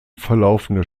verlaufende